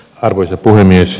arvoisa puhemies